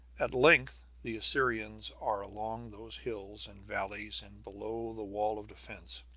at length the assyrians are along those hills and valleys and below the wall of defence.